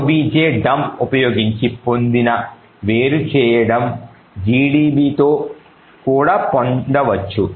objdump ఉపయోగించి పొందిన వేరుచేయడం gdbతో కూడా పొందవచ్చు